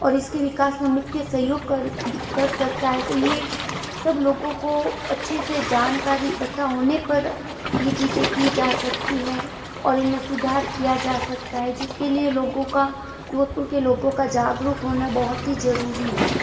और इसके विकास में मुख्य सहयोग कर सकता है तो ये सब लोगो को अच्छी से जानकारी पता होने पर ये चीज़ें की जा सकती है और इनमें सुधार किया जा सकता है जिसके लिए लोगो का जोधपुर के लोगों का जागरूक होना बहुत ही जरूरी है